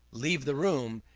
leave the room,